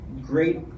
great